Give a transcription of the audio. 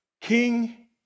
King